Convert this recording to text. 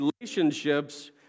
relationships